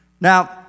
Now